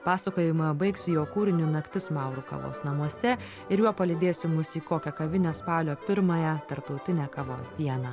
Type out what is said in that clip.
pasakojimą baigsiu jo kūriniu naktis maurų kavos namuose ir juo palydėsiu mus į kokią kavinę spalio pirmąją tarptautinę kavos dieną